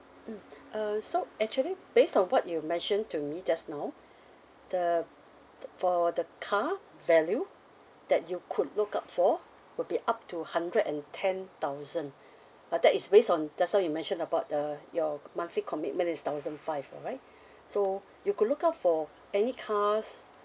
mm uh so actually based on what you have mentioned to me just now the for the car value that you could look out for would be up to hundred and ten thousand but that is based on just now you mentioned about the your monthly commitment is thousand five alright so you could look out for any cars